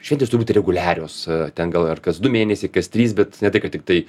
šventės turi būti reguliarios ten gal ar kas du mėnesiai kas trys bet ne tai kad tiktai